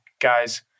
guys